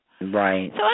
Right